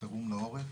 לחירום לעורף,